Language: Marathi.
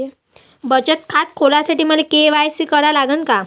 बचत खात खोलासाठी मले के.वाय.सी करा लागन का?